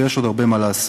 ויש עוד הרבה מה לעשות.